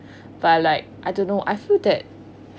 but like I don't know I feel that